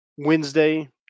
Wednesday